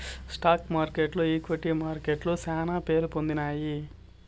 stock మార్కెట్లు equity మార్కెట్లు శానా పేరుపొందినాయి